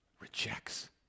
rejects